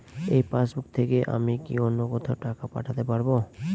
এই পাসবুক থেকে কি আমি অন্য কোথাও টাকা পাঠাতে পারব?